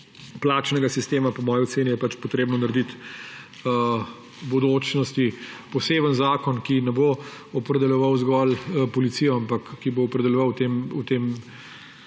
plačnega sistema. Po moji oceni je treba narediti v bodočnosti poseben zakon, ki ne bo opredeljeval zgolj policije, ampak bo opredeljeval v tem